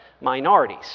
minorities